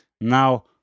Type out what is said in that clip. Now